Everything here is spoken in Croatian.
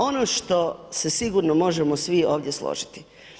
Ono što se sigurno možemo svi ovdje složiti.